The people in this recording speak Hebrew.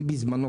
בזמנו,